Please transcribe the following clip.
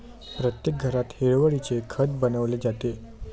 प्रत्येक घरात हिरवळीचे खत बनवले जाते